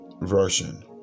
version